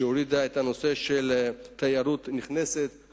שהורידה את נושא המע"מ על תיירות נכנסת.